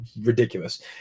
ridiculous